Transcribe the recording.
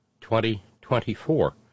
2024